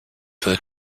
for